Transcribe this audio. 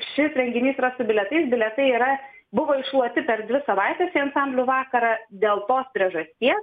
šis renginys yra su bilietais bilietai yra buvo iššluoti per dvi savaites į ansamblių vakarą dėl to priežasties